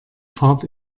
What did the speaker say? fahrt